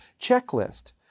checklist